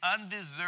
undeserved